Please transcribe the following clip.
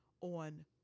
on